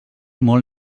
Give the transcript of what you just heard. molt